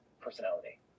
personality